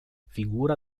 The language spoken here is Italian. figura